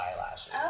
eyelashes